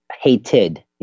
hated